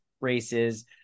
races